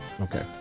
Okay